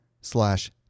slash